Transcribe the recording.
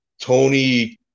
Tony